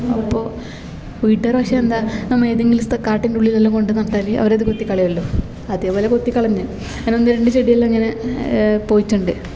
അപ്പോൾ വീട്ടുകാർ പക്ഷേ എന്താ നമ്മൾ ഏതെങ്കിലും സ് കാട്ടിൻ്റെ ഉള്ളിൽ വല്ലോം കൊണ്ട് നട്ടാല് അവരത് കുത്തി കളയോല്ലോ അതേപോലെ കുത്തിക്കളഞ്ഞ് അത് ഒന്ന് രണ്ട് ചെടികളിങ്ങനെ പോയിട്ടുണ്ട്